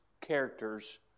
characters